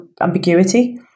ambiguity